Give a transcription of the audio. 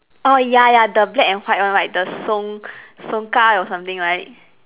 oh ya ya the black and white one right the Song Song Kah or something right